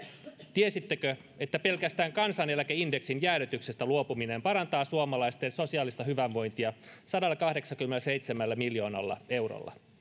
tiesittekö että pelkästään kansaneläkeindeksin jäädytyksestä luopuminen parantaa suomalaisten sosiaalista hyvinvointia sadallakahdeksallakymmenelläseitsemällä miljoonalla eurolla